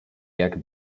jak